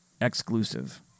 exclusive